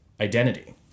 identity